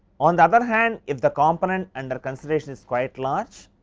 on the other hand, if the component under consideration is quite large